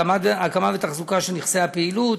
הקמה ותחזוקה של נכסי הפעילות,